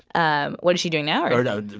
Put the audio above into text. um what is she doing now, or? no,